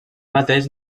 mateix